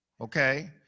okay